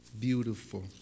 beautiful